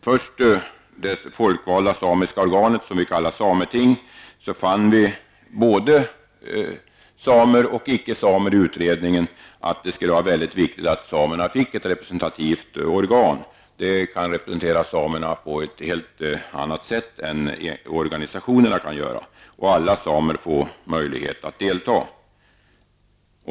När det gäller det folkvalda samiska organet, sametinget, fann både samer och icke-samer i utredningen att det vore mycket angeläget att samerna fick ett representativt organ. Ett sådant kan representera samerna på ett helt annat sätt än organisationerna, och alla samer får på så sätt möjlighet att delta.